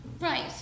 Right